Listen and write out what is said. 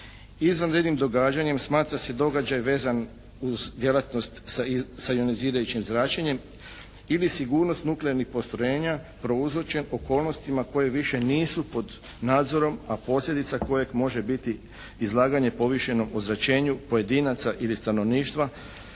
Izvanrednim događanjem smatra se događaj vezan uz djelatnost sa ionizirajućim zračenjem ili sigurnost nuklearnih postrojenja prouzročen okolnostima koje više nisu pod nadzorom a posljedica kojeg može biti izlaganje povišenog ozračenju pojedinaca ili stanovništva